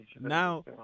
now